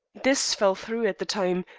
this fell through at the time,